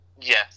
Yes